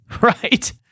right